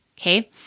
Okay